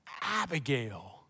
Abigail